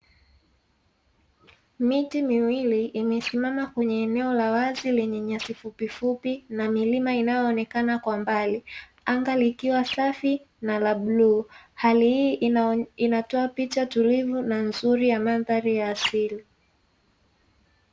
Miti miwili imesimama kwenye eneo la wazi lenye nyasi fupifupi, na milma inayoonekana kwa mbali, anga liliwa safi na la bluu, hali hii inatoa picha tulivu na nzuri ya mandhari ya asili.